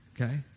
Okay